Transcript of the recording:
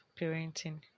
parenting